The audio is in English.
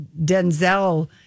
denzel